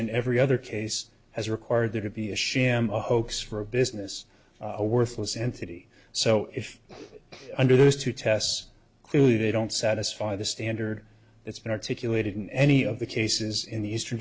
in every other case has required there to be a sham a hoax for a business a worthless entity so if under those two tests clearly they don't satisfy the standard that's been articulated in any of the cases in the eastern